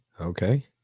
Okay